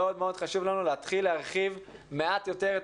מאוד חשוב לנו להתחיל להרחיב מעט יותר את